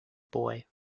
boy